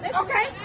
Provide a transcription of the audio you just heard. Okay